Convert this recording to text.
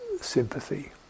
sympathy